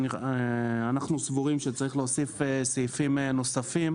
אנחנו סבורים שצריך להוסיף סעיפים נוספים.